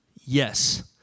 Yes